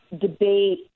debate